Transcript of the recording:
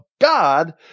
God